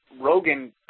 Rogan